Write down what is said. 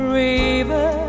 river